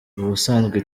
ubusanzwe